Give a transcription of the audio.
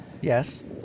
Yes